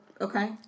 Okay